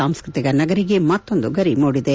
ಸಾಂಸ್ನತಿಕ ನಗರಿಗೆ ಮತ್ತೊಂದು ಗರಿ ಮೂಡಿದೆ